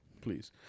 Please